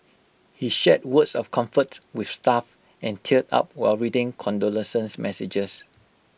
he shared words of comfort with staff and teared up while reading condolence messages